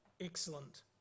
Excellent